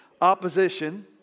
opposition